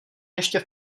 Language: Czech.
ještě